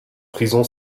prison